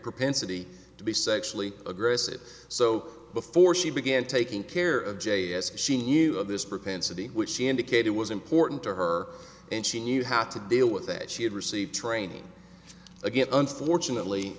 propensity to be sexually aggressive so before she began taking care of j s she knew of this propensity which she indicated was important to her and she knew how to deal with it she had received training again unfortunately